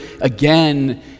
again